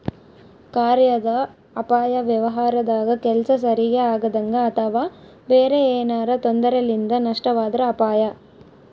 ಕಾರ್ಯಾದ ಅಪಾಯ ವ್ಯವಹಾರದಾಗ ಕೆಲ್ಸ ಸರಿಗಿ ಆಗದಂಗ ಅಥವಾ ಬೇರೆ ಏನಾರಾ ತೊಂದರೆಲಿಂದ ನಷ್ಟವಾದ್ರ ಅಪಾಯ